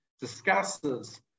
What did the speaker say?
discusses